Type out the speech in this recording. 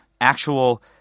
actual